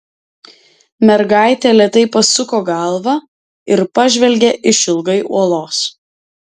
mergaitė lėtai pasuko galvą ir pažvelgė išilgai uolos